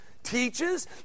Teaches